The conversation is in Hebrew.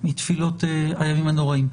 זה מתפילות הימים הנוראים.